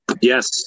Yes